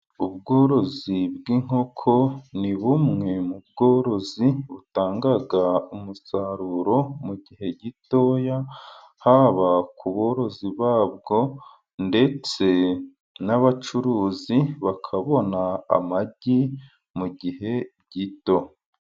Ubworozi bw'inkoko, ni bumwe mu bworozi butanga umusaruro, mu gihe gitoya. Haba ku borozi babwo, ndetse n'abacuruzi, bakabona amagi mu gihe gito.